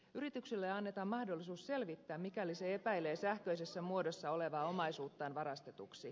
yrityksille annetaan mahdollisuus selvittää mikäli se epäilee sähköisessä muodossa olevaa omaisuuttaan varastetuksi